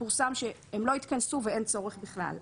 פורסם שהם לא התכנסו ואין צורך בכלל.